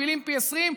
מכפילים פי 20,